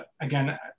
again